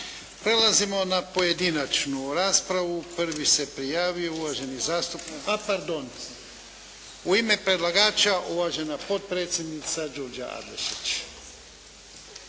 Prelazimo na pojedinačnu raspravu. Prvi se prijavio uvaženi zastupnik… A pardon, u ime predlagača uvažena potpredsjednica Đurđa Adlešić.